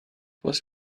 was